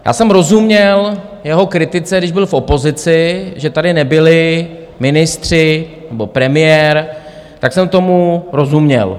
Já jsem rozuměl jeho kritice, když byl v opozici, že tady nebyli ministři nebo premiér, tak jsem tomu rozuměl.